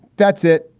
that's it.